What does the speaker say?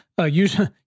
Usually